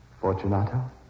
Fortunato